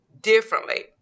differently